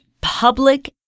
public